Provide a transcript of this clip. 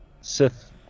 Sith